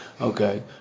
Okay